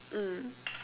mm